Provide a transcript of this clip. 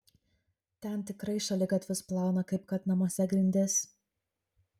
ten tikrai šaligatvius plauna kaip kad namuose grindis